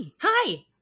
Hi